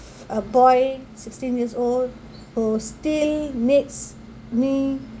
a boy sixteen years old who still needs me